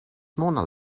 mona